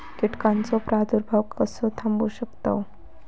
कीटकांचो प्रादुर्भाव कसो थांबवू शकतव?